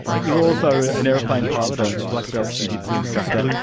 you're also an aeroplane pilot, a black belt jiu jitsu instructor.